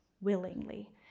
willingly